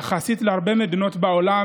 יחסית להרבה מדינות בעולם,